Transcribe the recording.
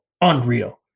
unreal